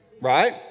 right